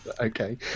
Okay